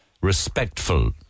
respectful